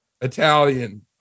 Italian